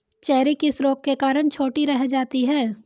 Cherry किस रोग के कारण छोटी रह जाती है?